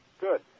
Good